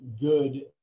good